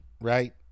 Right